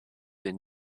been